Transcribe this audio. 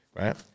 right